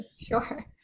Sure